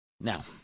Now